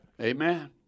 Amen